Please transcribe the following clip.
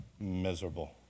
miserable